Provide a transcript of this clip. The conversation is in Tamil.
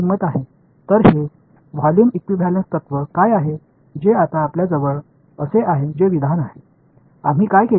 இந்த வால்யூம் ஈகியூவேளன்ஸ் கொள்கை இப்போது என்னவென்று உண்மையில் ஒரு அறிக்கையை நாம் கொண்டிருக்க முடியும்